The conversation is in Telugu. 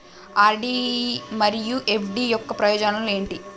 ఆర్.డి మరియు ఎఫ్.డి యొక్క ప్రయోజనాలు ఏంటి?